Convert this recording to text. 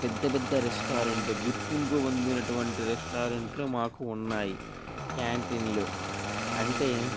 పెద్ద పెద్ద రెస్టారెంట్ గుర్తింపు పొందినటువంటి రెస్టారెంట్లు మాకు ఉన్నాయి క్యాంటిన్లు అంటే